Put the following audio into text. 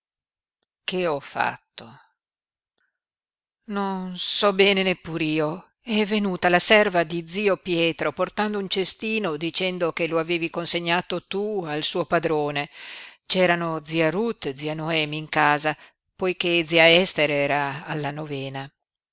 che ho fatto non so bene neppur io è venuta la serva di zio pietro portando un cestino dicendo che lo avevi consegnato tu al suo padrone c'erano zia ruth e zia noemi in casa poiché zia ester era alla novena